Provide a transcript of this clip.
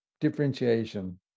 differentiation